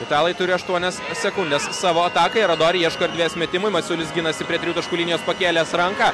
italai turi aštuonias sekundes savo atakai ir adori ieško erdvės metimui masiulis ginasi prie tritaškių linijos pakėlęs ranką